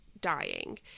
dying